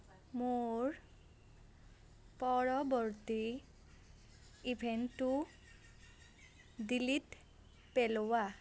মোৰ পৰৱৰ্তী ইভেণ্টটো ডিলিট পেলোৱা